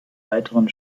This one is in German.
weiteren